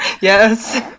Yes